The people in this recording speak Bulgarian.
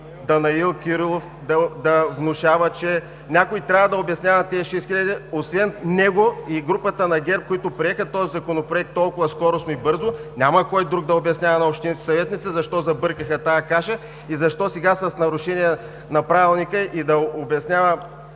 Данаил Кирилов да внушава, че някой трябва да обяснява на тези шест хиляди. Освен него и групата на ГЕРБ, които приеха този законопроект толкова скоростно и бързо, няма кой друг да обяснява на общинските съветници защо забъркаха тази каша и защо сега с нарушения на Правилника и да се обяснява